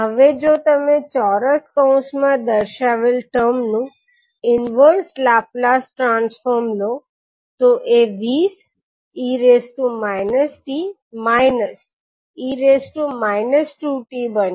હવે જો તમે ચોરસ કૌંસ માં દર્શાવેલ ટર્મનું ઇન્વર્સ લાપ્લાસ ટ્રાન્સફોર્મ લો તો એ 20𝑒−𝑡 − 𝑒−2𝑡 બનશે